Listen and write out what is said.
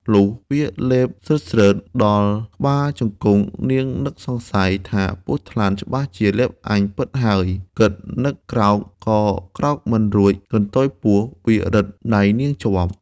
លុះវាលេបស្រឺតៗដល់ក្បាលជង្គង់នាងនឹកសង្ស័យ ថាពស់ថ្លាន់ច្បាស់ជាលេបអញពិតហើយ គិតនិងក្រោក ក៏ក្រោកមិនរួចកន្ទុយពស់វារឹតដៃនាងជាប់។